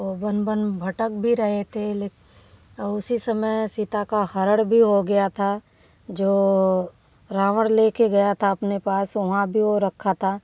ओ वन वन भटक भी रहे थे ले और उसी समय सीता का हरण भी हो गया था जो रावण लेके गया था अपने पास वहाँ भी वो रखा था